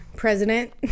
President